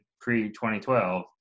pre-2012